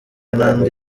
n’andi